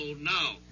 now